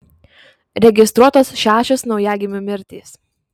registruotos šešios naujagimių mirtys